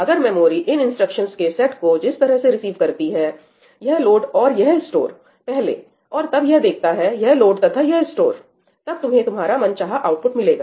अगर मेमोरी इन इंस्ट्रक्शंस के सेट को जिस तरह रिसीव करती है यह लोड और यह स्टोर पहले और तब यह देखता है यह लोड तथा यह स्टोर तब तुम्हें तुम्हारा मन चाहा आउटपुट मिलेगा